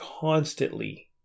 constantly